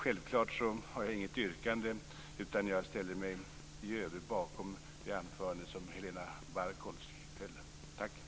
Jag har självklart inget yrkande, utan jag ställer mig i övrigt bakom det anförande Helena Bargholtz höll.